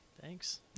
Thanks